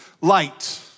light